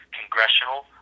congressional